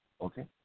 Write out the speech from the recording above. okay